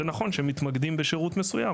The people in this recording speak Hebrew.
זה נכון שמתמקדים בשירות מסוים,